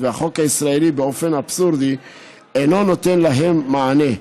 והחוק הישראלי באופן אבסורדי אינו נותן להם מענה: